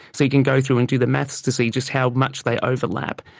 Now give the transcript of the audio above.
so you can go through and do the maths to see just how much they overlap.